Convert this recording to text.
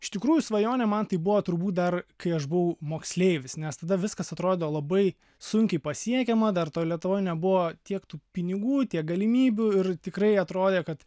iš tikrųjų svajonė man tai buvo turbūt dar kai aš buvau moksleivis nes tada viskas atrodo labai sunkiai pasiekiama dar to lietuvoj nebuvo tiek tų pinigų tiek galimybių ir tikrai atrodė kad